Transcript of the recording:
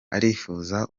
arifuza